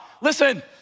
Listen